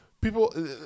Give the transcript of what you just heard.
people